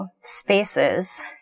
spaces